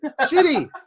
Shitty